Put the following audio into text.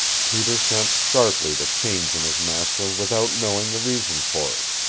peter sensed sharply the change in his master without knowing the reason for it.